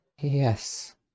Yes